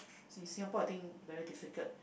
in Singapore I think very difficult